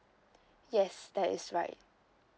yes that is right